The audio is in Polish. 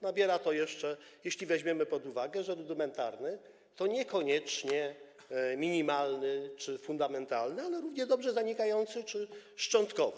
Nabiera to jeszcze smaku, jeśli weźmiemy pod uwagę, że „rudymentarny” to niekoniecznie „minimalny” czy „fundamentalny”, ale równie dobrze „zanikający” czy „szczątkowy”